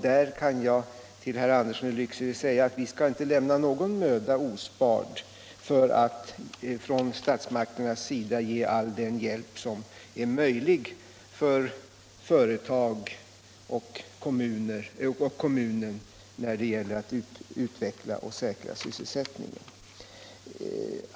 Jag kan till herr Andersson i Lycksele säga att vi inte skall spara någon möda för att från statsmakternas sida ge all den hjälp som är möjlig till företag och till kommunen när det gäller att utveckla och säkra sysselsättningen.